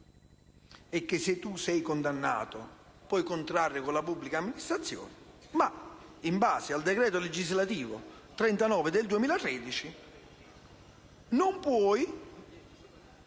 è che se tu sei condannato, puoi contrarre con la pubblica amministrazione: in base al decreto legislativo n. 39 del 2013, infatti,